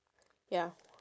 ya